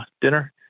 dinner